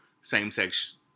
same-sex